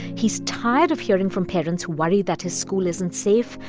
he's tired of hearing from parents worried that his school isn't safe,